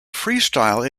freestyle